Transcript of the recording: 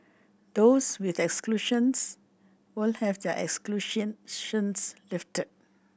those with exclusions will have their lifted